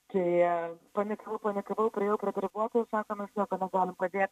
tai panikavau panikavau priėjau prie darbuotojų ir sako mes niekuo negalim padėt